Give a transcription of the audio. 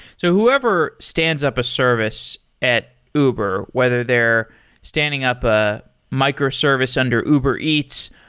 so whoever stands up a service at uber, whether they're standing up a microservice under uber eats,